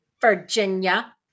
Virginia